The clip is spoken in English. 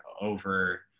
over